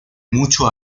mucho